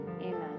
amen